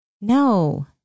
No